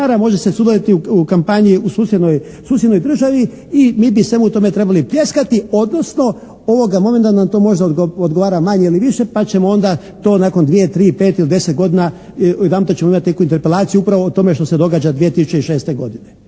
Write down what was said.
može se sudjelovati u kampanju u susjednoj državi i mi bi svemu tome trebali pljeskati, odnosno ovoga momenta nam to možda odgovara manje ili više pa ćemo onda to nakon dvije, tri, pet ili deset godina jedanput ćemo imati neku interpelaciju upravo o tome što se događa 2006. godine.